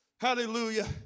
hallelujah